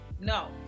No